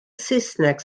saesneg